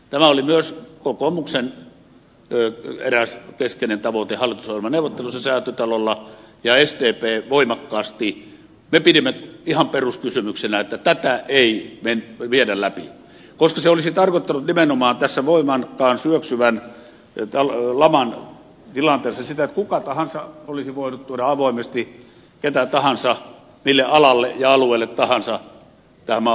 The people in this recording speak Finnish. tämä oli myös eräs kokoomuksen keskeinen tavoite hallitusohjelmaneuvotteluissa säätytalolla ja me sdpssä voimakkaasti pidimme ihan peruskysymyksenä että tätä ei viedä läpi koska se olisi tarkoittanut nimenomaan tässä voimakkaan syöksyvän laman tilanteessa sitä että kuka tahansa olisi voinut tuoda avoimesti ketä tahansa mille alalle ja alueelle tahansa tähän maahan